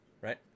right